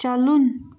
چلُن